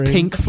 Pink